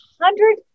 hundred